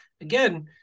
again